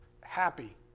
happy